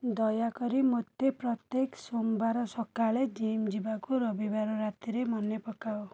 ଦୟାକରି ମୋତେ ପ୍ରତ୍ୟେକ ସୋମବାର ସକାଳେ ଜିମ୍ ଯିବାକୁ ରବିବାର ରାତିରେ ମନେ ପକାଅ